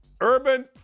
Urban